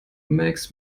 makes